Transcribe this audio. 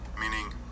meaning